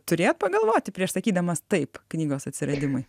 turėjot pagalvoti prieš sakydamas taip knygos atsiradimui